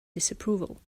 disapproval